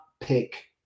pick